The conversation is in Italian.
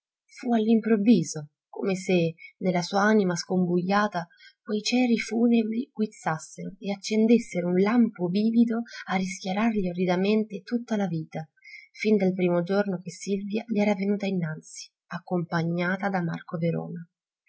fu all'improvviso come se nella sua anima scombujata quei ceri funebri guizzassero e accendessero un lampo livido a rischiarargli orridamente tutta la vita fin dal primo giorno che silvia gli era venuta innanzi accompagnata da marco verona